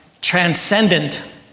transcendent